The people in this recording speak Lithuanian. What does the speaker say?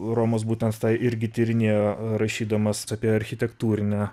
romas būtent tą irgi tyrinėja rašydamas apie architektūrinę